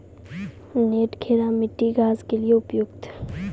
नटखेरा मिट्टी घास के लिए उपयुक्त?